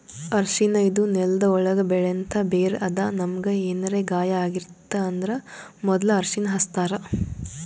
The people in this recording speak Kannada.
ಅರ್ಷಿಣ ಇದು ನೆಲ್ದ ಒಳ್ಗ್ ಬೆಳೆಂಥ ಬೇರ್ ಅದಾ ನಮ್ಗ್ ಏನರೆ ಗಾಯ ಆಗಿತ್ತ್ ಅಂದ್ರ ಮೊದ್ಲ ಅರ್ಷಿಣ ಹಚ್ತಾರ್